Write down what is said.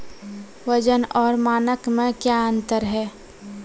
वजन और मानक मे क्या अंतर हैं?